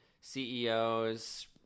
CEOs